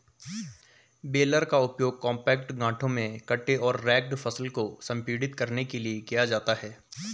baler का उपयोग compact गांठों में कटे और रेक्ड फसल को संपीड़ित करने के लिए किया जाता है